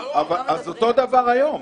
אז אותו דבר היום.